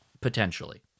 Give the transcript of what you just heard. potentially